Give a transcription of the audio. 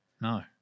no